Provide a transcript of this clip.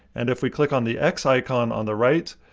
and if we click on the x icon on the right,